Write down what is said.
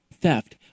theft